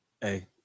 Hey